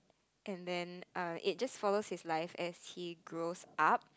and then err it just follows his life as he grows up